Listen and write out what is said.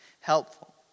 helpful